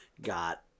Got